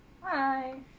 Hi